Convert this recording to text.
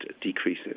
decreases